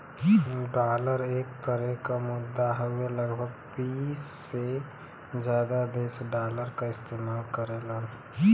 dollar एक तरे क मुद्रा हउवे लगभग बीस से जादा देश डॉलर क इस्तेमाल करेलन